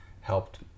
helped